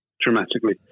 dramatically